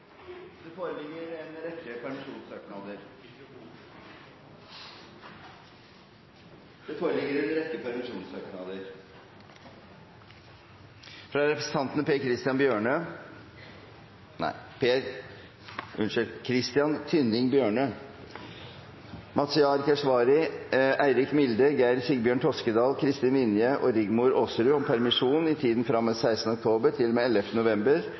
Det foreligger en rekke permisjonssøknader: fra representantene Christian Tynning Bjørnø , Mazyar Keshvari , Eirik Milde , Geir Sigbjørn Toskedal , Kristin Vinje og Rigmor Aasrud om permisjon i tiden fra og med 16. oktober til og med 11. november,